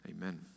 Amen